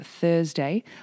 Thursday